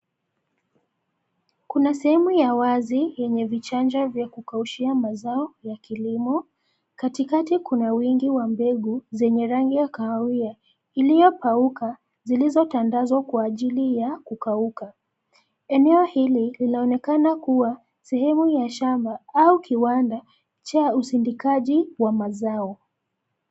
Kuna sehemu ya wazi, yenye vichanja vya kukaushia mazao, ya kilimo. Katikati kuna wingi wa mbegu, zenye rangi ya kahawia, iliyopauka, zilizotandazwa kwa ajili ya kukauka. Eneo hili, linaonekana kuwa, sehemu ya shamba, au kiwanda, cha usindikaji, wa mazao.